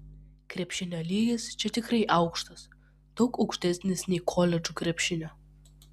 krepšinio lygis čia tikrai aukštas daug aukštesnis nei koledžų krepšinio